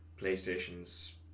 playstation's